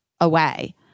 away